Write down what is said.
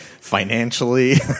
financially